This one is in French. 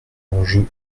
enjeu